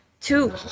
Two